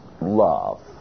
love